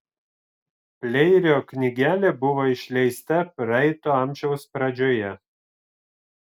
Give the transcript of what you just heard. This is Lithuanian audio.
pleirio knygelė buvo išleista praeito amžiaus pradžioje